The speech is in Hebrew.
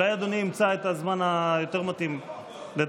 אולי אדוני ימצא את הזמן היותר-מתאים לדבר.